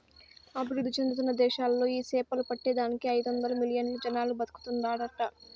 అభివృద్ధి చెందుతున్న దేశాలలో ఈ సేపలు పట్టే దానికి ఐదొందలు మిలియన్లు జనాలు బతుకుతాండారట